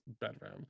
bedroom